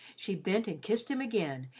she bent and kissed him again,